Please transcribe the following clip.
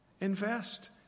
Invest